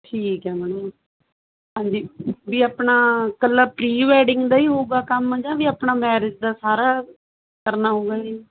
ਠੀਕ ਹੈ ਮੈਡਮ ਹਾਂਜੀ ਵੀ ਆਪਣਾ ਕੱਲਾ ਪ੍ਰੀ ਵੈਡਿੰਗ ਦਾ ਹੀ ਹੋਊਗਾ ਕੰਮ ਜਾਂ ਵੀ ਆਪਣਾ ਮੈਰਿਜ ਦਾ ਸਾਰਾ ਕਰਨਾ ਹੋਊਗਾ ਜੀ